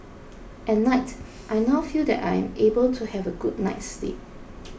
at night I now feel that I am able to have a good night's sleep